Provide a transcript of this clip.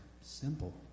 Simple